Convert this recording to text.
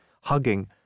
hugging